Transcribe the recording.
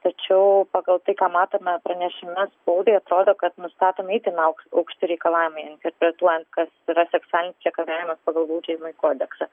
tačiau pagal tai ką matome pranešime spaudai atrodo kad nustatomi itin aukšti reikalavimai interpretuojant kas yra seksualinis priekabiavimas pagal baudžiamąjį kodeksą